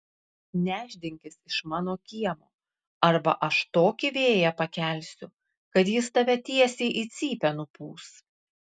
nešdinkis iš mano kiemo arba aš tokį vėją pakelsiu kad jis tave tiesiai į cypę nupūs